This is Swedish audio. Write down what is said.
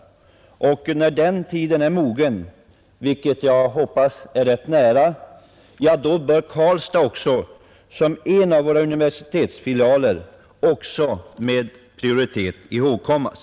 Och när tiden är mogen, vilket jag hoppas blir rätt snart, då bör Karlstad som en av universitetsfilialerna också med prioritet ihågkommas.